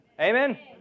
Amen